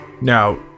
Now